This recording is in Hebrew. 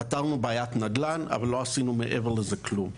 פתרנו בעיית נדל"ן אבל לא עשינו מעבר לזה כלום.